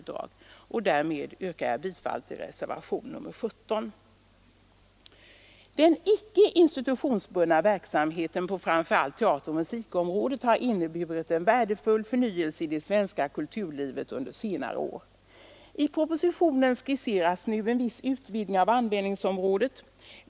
Därmed yrkar jag bifall till reservationen 17. Den icke institutionsbundna verksamheten på framför allt teateroch musikområdet har inneburit en värdefull förnyelse i det svenska kulturlivet under senare år. I propositionen skisseras nu en viss utvidgning av användningsområdet.